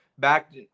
back